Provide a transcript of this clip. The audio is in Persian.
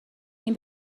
این